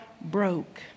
broke